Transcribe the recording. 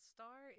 Star